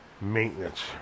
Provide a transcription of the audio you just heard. maintenance